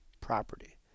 property